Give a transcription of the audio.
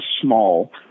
small